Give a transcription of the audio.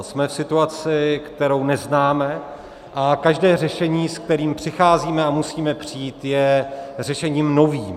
Jsme v situaci, kterou neznáme, a každé řešení, se kterým přicházíme a musíme přijít, je řešením novým.